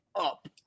up